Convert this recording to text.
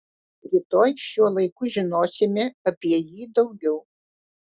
rytoj šiuo laiku žinosime apie jį daugiau